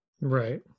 Right